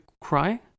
cry